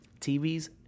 TVs